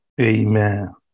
amen